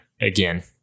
again